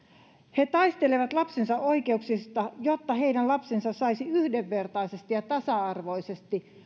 he taistelevat lapsensa oikeuksista jotta heidän lapsensa saisi yhdenvertaisesti ja tasa arvoisesti